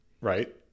right